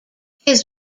his